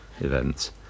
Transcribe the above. events